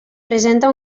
presenta